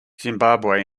zimbabwe